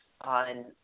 on